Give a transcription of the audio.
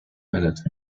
minute